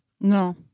No